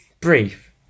Brief